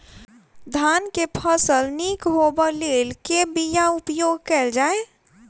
धान केँ फसल निक होब लेल केँ बीया उपयोग कैल जाय?